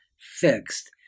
fixed